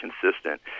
consistent